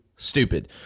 stupid